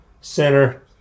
center